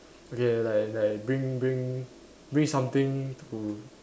okay like like bring bring bring something to